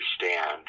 understand